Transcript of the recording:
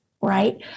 right